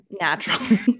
naturally